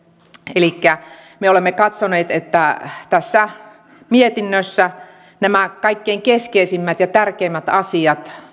elikkä me olemme katsoneet että tässä mietinnössä kaikkein keskeisimmät ja tärkeimmät asiat